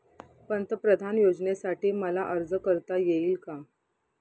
पंतप्रधान योजनेसाठी मला अर्ज करता येईल का?